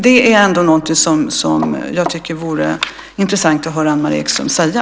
Det tycker jag vore intressant att höra Anne-Marie Ekström säga.